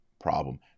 problem